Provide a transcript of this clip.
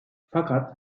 fakat